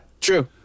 true